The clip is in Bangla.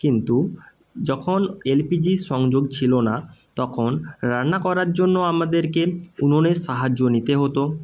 কিন্তু যখন এলপিজির সংযোগ ছিলো না তখন রান্না করার জন্য আমাদেরকে উনুনের সাহায্য নিতে হতো